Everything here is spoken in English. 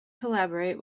collaborate